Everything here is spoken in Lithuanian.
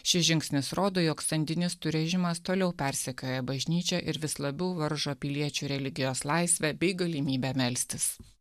šis žingsnis rodo jog sandinistų režimas toliau persekioja bažnyčią ir vis labiau varžo piliečių religijos laisvę bei galimybę melstis